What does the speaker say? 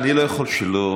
אני לא יכול שלא,